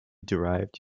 derived